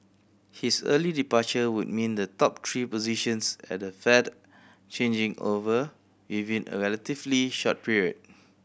his early departure would mean the top three positions at the Fed changing over within a relatively short period